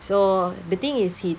so the thing is he